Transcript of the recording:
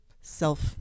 self